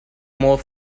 more